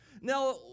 Now